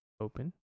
Open